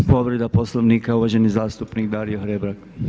Povreda Poslovnika uvaženi zastupnik Dario Hrebak.